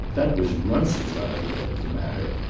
that was runce's idea of the matter.